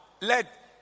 let